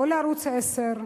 או לערוץ-10,